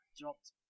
dropped